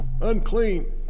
Unclean